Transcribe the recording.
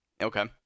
Okay